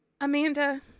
Amanda